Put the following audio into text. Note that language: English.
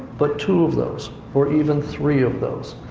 but two of those, or even three of those?